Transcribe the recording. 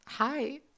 Hi